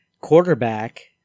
quarterback